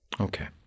Okay